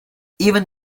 even